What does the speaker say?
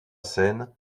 seine